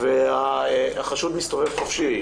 והחשוד מסתובב חופשי.